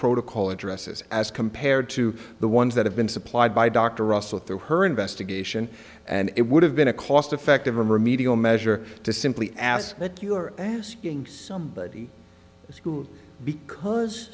protocol addresses as compared to the ones that have been supplied by dr russell through her investigation and it would have been a cost effective remedial measure to simply ask that you're asking somebody to school because